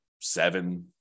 seven